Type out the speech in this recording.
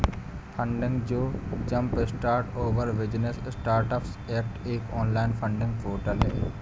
funding जो jumpstart our business startups act एक online funding portal है